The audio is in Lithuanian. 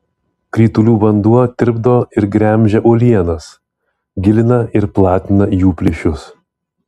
kritulių vanduo tirpdo ir gremžia uolienas gilina ir platina jų plyšius